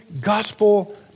gospel